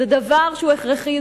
זה דבר שהוא הכרחי,